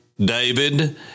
David